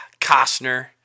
Costner